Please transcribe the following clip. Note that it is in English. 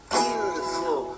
beautiful